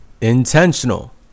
intentional